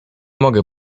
moge